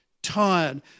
Tired